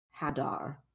Hadar